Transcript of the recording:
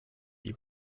you